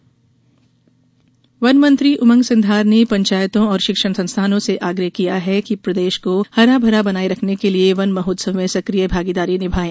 one महोत्सव वन मंत्री उमंग सिंघार ने पंचायतों और शिक्षण संस्थाओं से आग्रह किया है कि प्रदेश को हरा भरा बनाये रखने के लिये वन महोत्सव में सक्रिय भागीदारी निभायें